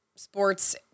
sports